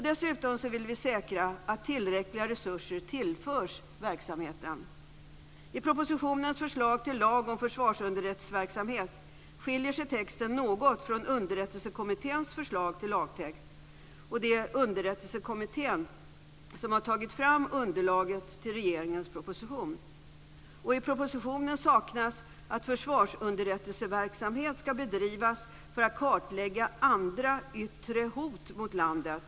Dessutom vill vi säkra att tillräckliga resurser tillförs verksamheten. I propositionens förslag till lag om försvarsunderrättelseverksamhet skiljer sig texten något från Underrättelsekommitténs förslag till lagtext. Det är Underrättelsekommittén som har tagit fram underlaget till regeringens proposition. I propositionen saknas formuleringen att försvarsunderrättelseverksamhet ska bedrivas för att kartlägga "andra yttre hot mot landet".